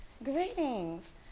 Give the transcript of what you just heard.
greetings